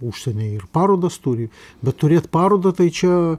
užsieny ir parodas turi bet turėt parodą tai čia